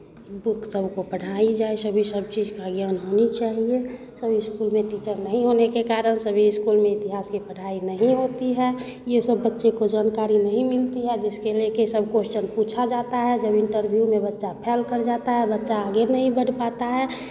book सबको पढ़ाई जाए सभी सब चीज़ का ज्ञान होनी चाहिए सब स्कूल में टीचर नहीं होने के कारण सभी स्कूल में इतिहास की पढ़ाई नहीं होती है ये सब बच्चे को जानकारी नहीं मिलती है जिसके ले कर सब क्वेश्चन पूछा जाता है जब इंटरव्यू में बच्चा फेल कर जाता है बच्चा आगे नहीं बढ़ पाता है